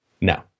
No